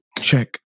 check